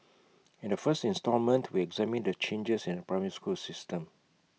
in the first instalment we examine the changes in the primary school system